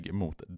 mot